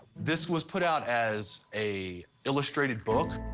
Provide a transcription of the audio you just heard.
this was put out as a illustrated book.